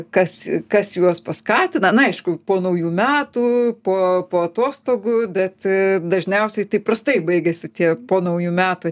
kas kas juos paskatina na aišku po naujų metų po po atostogų bet dažniausiai tai prastai baigiasi tie po naujų metų